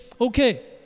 okay